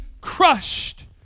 crushed